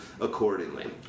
accordingly